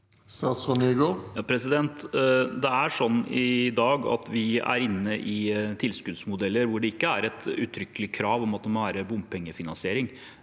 Statsråd Jon-Ivar Nygård Det er sånn i dag at vi er inne i tilskuddsmodeller hvor det ikke er et uttrykkelig krav om at det må være bompengefinansiering.